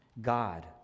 God